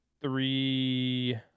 three